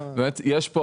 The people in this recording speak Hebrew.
יש פה,